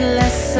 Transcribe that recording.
less